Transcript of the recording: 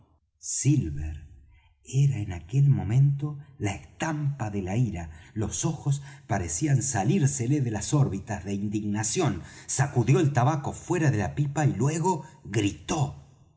silver era en aquel momento la estampa de la ira los ojos parecían salírsele de las órbitas de indignación sacudió el tabaco fuera de la pipa y luego gritó